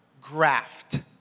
graft